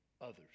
others